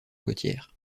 côtières